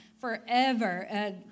forever